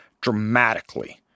dramatically